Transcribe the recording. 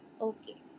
Okay